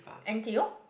N_T_U